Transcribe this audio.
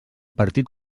partit